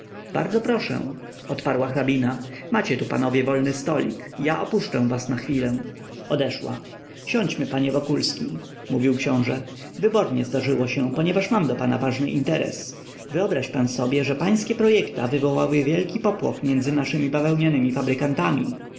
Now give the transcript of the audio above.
bardzo proszę odparła hrabina macie tu panowie wolny stolik ja opuszczę was na chwilę odeszła siądźmy panie wokulski mówił książe wybornie zdarzyło się ponieważ mam do pana ważny interes wyobraź pan sobie że pańskie projekta wywołały wielki popłoch między naszymi bawełnianymi fabrykantami